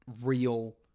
real